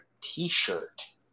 T-shirt